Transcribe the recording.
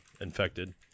infected